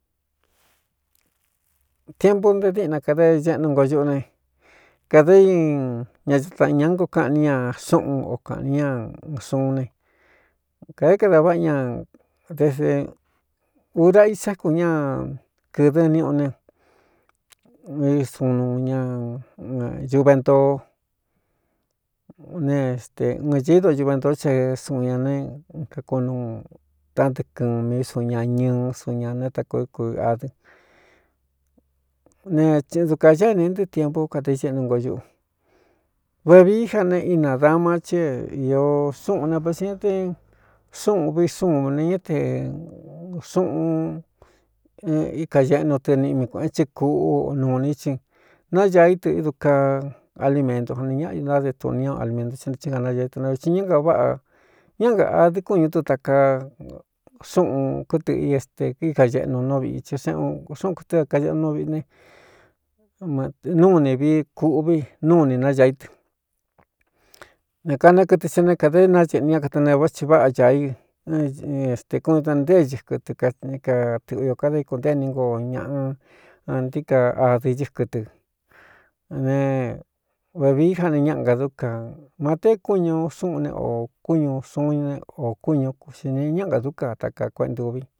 Tiempu nte díꞌna kada ñeꞌnu ngo ñuꞌu ne kādā i ña áta ñā ngoo kaꞌn ní ña xúꞌun o kāꞌn ni ña n xuún ne kādé kadā váꞌa ña de se ura i sákun ña kɨ̄dɨn niuꞌu ne suunuu ñañuve ntoo neste ɨn ñído ñuve ntoó che suun ña ne kakunuu tantɨɨ kɨmi suun ña ñɨɨ suun ñā ne takoo é kui adɨn nedukāñáénī ntɨɨ tiempu kadai seꞌnu ngo ñuꞌu vevií ja ne ína dama chí é īō súꞌūn ne vosi ña té xúꞌun uꞌvi sú ne ñá te xuꞌun íka ñeꞌnu tɨ niꞌmi kuēꞌen thɨ kuꞌu o nuuní csin náña í tɨ idukaa alimentru jone ñaꞌañú ntáde tunia alimentru ɨ ntɨ ɨ nganañaí tɨ na viti ñá ga váꞌa ñánga adɨn kúñū tɨ takaa xúꞌūn kútɨꞌ i tekíka ñeꞌnu nú viꞌi tsi o éxúꞌun kutɨ́ kaeꞌ nú viꞌi ne núu ne vií kuꞌvi núu nī náya í tɨ ne kana kɨtɨ sa né kāda nañeꞌnu ña kataneé vá tsi váꞌa ña i stē kúñu da ntée ñɨkɨ tɨ kani ka tɨꞌvi o kada íkunténí ngo ñaꞌa antí ka adɨ̄ cɨkɨ tɨ ne vevií ja ne ñaꞌa ngadú ka mateé kúñū xúꞌūn ne o kúñū suún ñane ō kúñu kuxi ne ñáꞌanga dúka takaa kuéꞌentuvi.